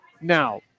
Now